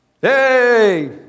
hey